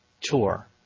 tour